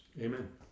Amen